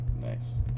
nice